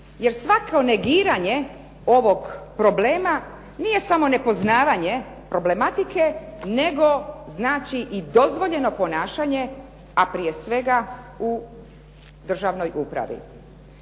jer svako negiranje ovog problema nije samo nepoznavanje problematike, nego znači i dozvoljeno ponašanje, a prije svega u državnoj upravi.